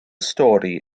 stori